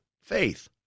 faith